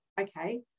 Okay